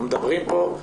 אנחנו מדברים פה,